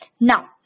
Now